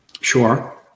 Sure